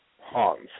Hans